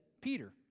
Peter